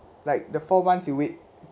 like the four months you wait